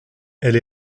elle